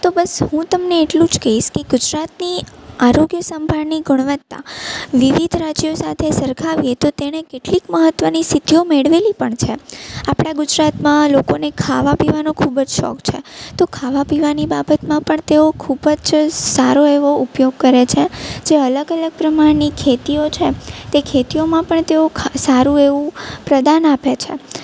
તો બસ હું તમને એટલું જ કહીશ કે ગુજરાતની આરોગ્ય સંભાળની ગુણવત્તા વિવિધ રાજ્યો સાથે સરખાવીએ તો તેણે કેટલીક મહત્ત્વની સિદ્ધિઓ મેળવેલી પણ છે આપણાં ગુજરાતમાં લોકોને ખાવા પીવાનો ખૂબ જ શોખ છે તો ખાવા પીવાની બાબતમાં પણ તેઓ ખૂબ જ સારો એવો ઉપયોગ કરે છે જે અલગ અલગ પ્રમાણની ખેતીઓ છે તે ખેતીઓમાં પણ તેઓ સારું એવું પ્રદાન આપે છે